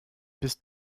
bist